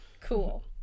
Cool